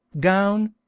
gown,